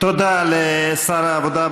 תודה לשר העבודה,